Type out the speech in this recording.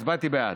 הצבעתי בעד.